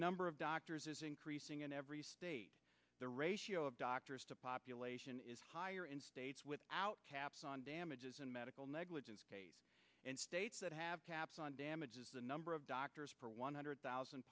number of doctors is increasing in every state the ratio of doctors to population is higher in states without caps on damages and medical negligence and states that have caps on damages the number of doctors per one hundred thousand